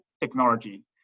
technology